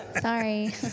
Sorry